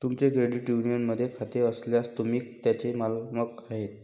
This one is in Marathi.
तुमचे क्रेडिट युनियनमध्ये खाते असल्यास, तुम्ही त्याचे मालक आहात